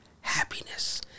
happiness